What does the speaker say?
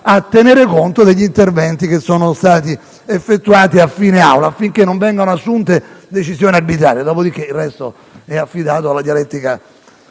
a tenere conto degli interventi che sono stati svolti a fine seduta affinché non vengano assunte decisioni arbitrarie. Naturalmente, poi il resto è affidato alla dialettica